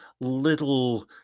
little